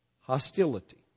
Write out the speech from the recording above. hostility